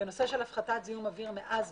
בנושא של הפחתת זיהום אוויר מאסבסט,